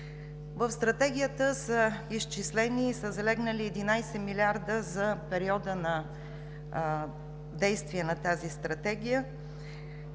В Стратегията са изчислени и са залегнали 11 милиарда за периода на действие на тази стратегия,